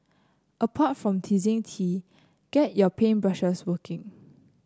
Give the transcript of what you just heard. apart from teasing tea get your paint brushes working